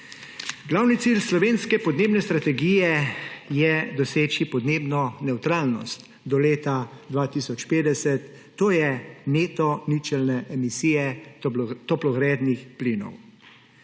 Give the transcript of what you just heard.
Glavni cilj slovenske podnebne strategije je doseči podnebno nevtralnost do leta 2050, to je neto ničelne emisije toplogrednih plinov.